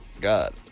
God